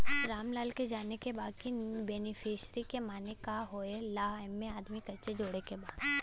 रामलाल के जाने के बा की बेनिफिसरी के माने का का होए ला एमे आदमी कैसे जोड़े के बा?